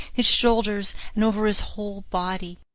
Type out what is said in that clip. his shoulders, and over his whole body.